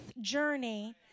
journey